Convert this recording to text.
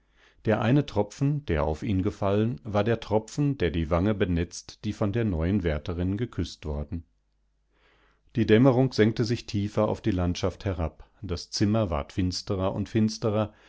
der eine tropfen der auf ihn gefallen war der tropfen der die wange benetzt dievonderneuenwärteringeküßtworden die dämmerung senkte sich tiefer auf die landschaft herab das zimmer ward finstererundfinsterer